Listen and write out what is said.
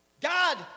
God